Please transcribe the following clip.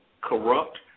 corrupt